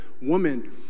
Woman